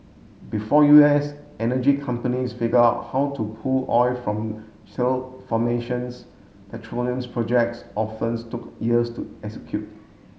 before U S energy companies figured out how to pull oil from shale formations petroleum's projects often took years to execute